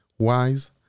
wise